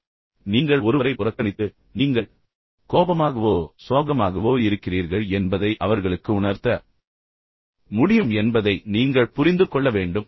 எனவே நீங்கள் ஒருவரை புறக்கணித்து நீங்கள் கோபமாகவோ சோகமாகவோ இருக்கிறீர்கள் என்பதை அவர்களுக்கு உணர்த்த முடியும் என்பதை நீங்கள் புரிந்து கொள்ள வேண்டும்